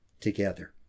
together